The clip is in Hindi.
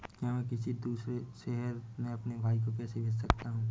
क्या मैं किसी दूसरे शहर में अपने भाई को पैसे भेज सकता हूँ?